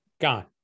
gone